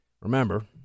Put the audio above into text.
Remember